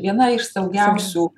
viena iš saugiausių